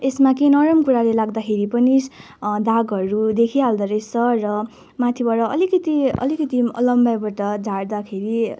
यसमा केही नरम कुराले लाग्दाखेरि पनि दागहरू देखिहाल्दो रहेछ र माथिबाट अलिकति अलिकति लम्बाइबाट झार्दाखेरि